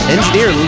Engineer